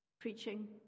preaching